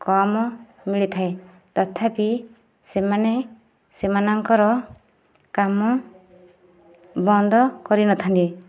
କମ୍ ମିଳିଥାଏ ତଥାପି ସେମାନେ ସେମାନଙ୍କର କାମ ବନ୍ଦ କରିନଥାନ୍ତି